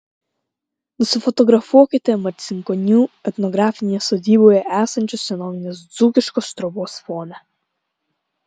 nusifotografuokite marcinkonių etnografinėje sodyboje esančios senovinės dzūkiškos trobos fone